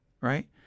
right